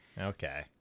Okay